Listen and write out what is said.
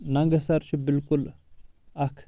ننگہٕ سر چھُ بالکُل اکھ